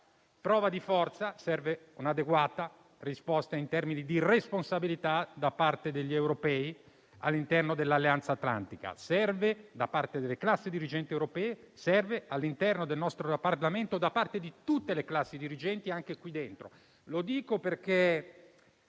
prova di forza, serve un'adeguata risposta in termini di responsabilità da parte degli europei all'interno dell'Alleanza atlantica. Serve da parte delle classi dirigenti europee. Serve all'interno del nostro Parlamento da parte di tutte le classi dirigenti e anche qui dentro. Lo dico perché